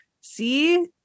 see